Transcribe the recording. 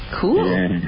cool